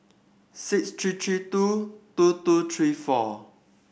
six three three two two two three four